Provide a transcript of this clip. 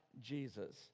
jesus